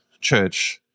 church